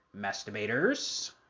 masturbators